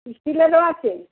স্টিলেরও আছে